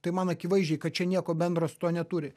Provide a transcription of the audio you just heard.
tai man akivaizdžiai kad čia nieko bendro su tuo neturi